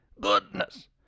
Goodness